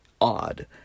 odd